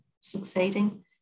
succeeding